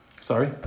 Sorry